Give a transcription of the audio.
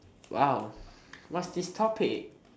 !wow! what's this topic